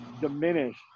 diminish